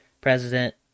president